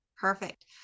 Perfect